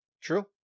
True